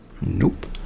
Nope